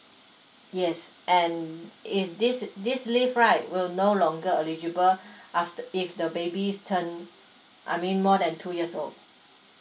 yes and if this is this leave right will no longer eligible after if the baby's turn I mean more than two years old